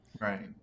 right